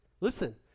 Listen